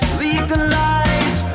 legalize